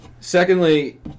Secondly